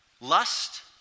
Lust